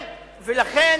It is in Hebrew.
איזה סיכום?